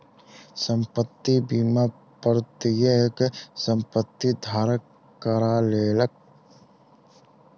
संपत्ति बीमा प्रत्येक संपत्ति धारक करा लेलक